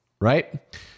right